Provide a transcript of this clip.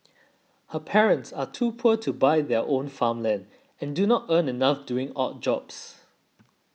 her parents are too poor to buy their own farmland and do not earn enough doing odd jobs